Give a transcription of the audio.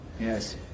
Yes